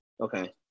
Okay